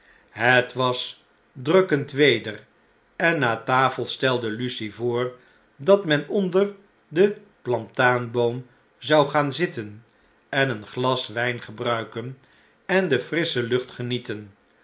het was drukkend weder en na tafel stelde lucie voor dat men onder den plataanboom zou gaan zitten en een glas wjjn gebruiken en de frissche lucht genieten